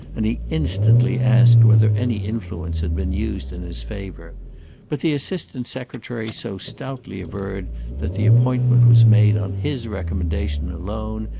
and he instantly asked whether any influence had been used in his favour but the assistant secretary so stoutly averred that the appointment was made on his recommendation alone,